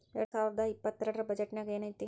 ಎರ್ಡ್ಸಾವರ್ದಾ ಇಪ್ಪತ್ತೆರ್ಡ್ ರ್ ಬಜೆಟ್ ನ್ಯಾಗ್ ಏನೈತಿ?